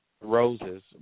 roses